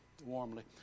warmly